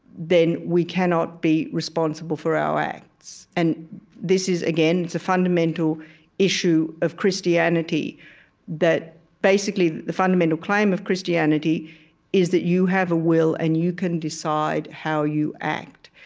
then we cannot be responsible for our acts. and this is again, it's a fundamental issue of christianity that basically, the fundamental claim of christianity is that you have a will, and you can decide how you act.